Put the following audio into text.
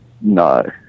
no